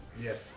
Yes